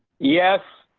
yes.